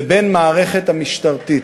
ובין המערכת המשטרתית,